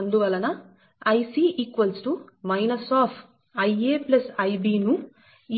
అందువలన Ic Ia Ib ను